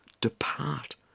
depart